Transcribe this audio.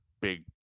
big